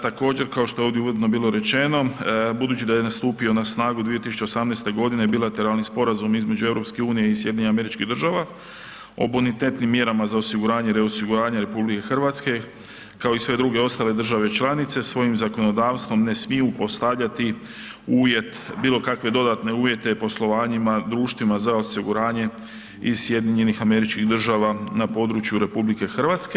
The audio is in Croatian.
Također, kao što je ovdje uvodno bilo rečeno, budući da je nastupio na snagu 2018. g. Bilateralni sporazum između EU i SAD-a o bonitetnim mjerama za osiguranje, reosiguranje RH kao i sve ostale države članice svojim zakonodavstvom ne smiju ostavljati uvjet, bilo kakve dodatne uvjete poslovanjima društvima za osiguranje iz SAD-a na području RH.